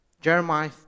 Jeremiah